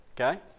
Okay